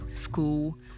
school